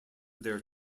their